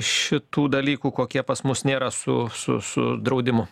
šitų dalykų kokie pas mus nėra su su su draudimu